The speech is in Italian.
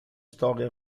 storia